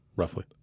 roughly